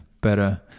better